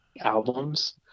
albums